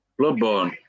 Bloodborne